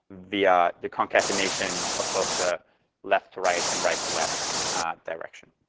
via the concatenation of both the left to right and right to left direction.